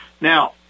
Now